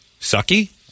Sucky